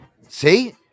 see